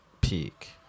peak